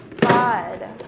God